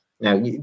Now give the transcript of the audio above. Now